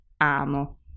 amo